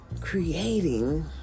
creating